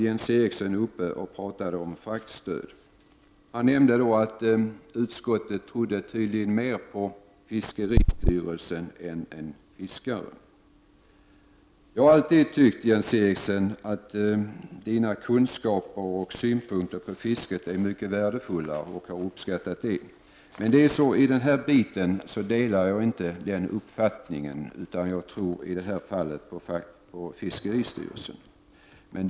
Jens Eriksson talade om fraktstöd, och han nämnde då att utskottet tydligen trodde mer på fiskeristyrelsen än på fiskare. Jag har alltid tyckt att Jens Erikssons kunskaper om och synpunkter på fiske är mycket värdefulla, och jag har uppskattat dem. Men i det här fallet delar jag inte hans uppfattning, utan jag tror på fiskeristyrelsen.